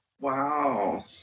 Wow